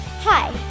Hi